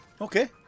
okay